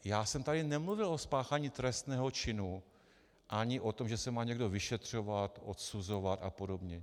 Já jsem tady nemluvil o spáchání trestného činu a ani o tom, že se má někdo vyšetřovat, odsuzovat apod.